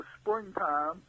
springtime